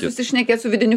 susišnekėt su vidiniu